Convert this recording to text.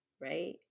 right